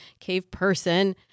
caveperson